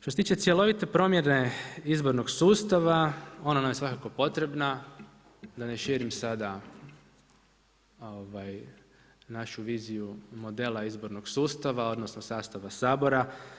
Što se tiče cjelovite promjene izbornog sustava ona nam je svakako potrebna da ne širim sada našu viziju modela izbornog sustava, odnosno sastava Sabora.